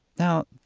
now,